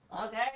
okay